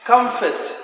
Comfort